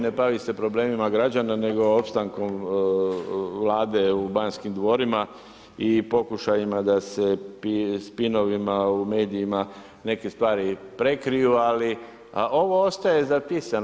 Ne bavi se problemima građana, nego opstankom Vlade u Banskim dvorima i pokušajima da se spinovima u medijima neke stvari prekriju, ali ovo ostaje zapisano.